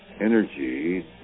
energy